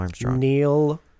Neil